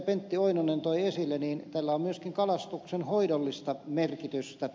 pentti oinonen toi esille tällä on myöskin kalastuksenhoidollista merkitystä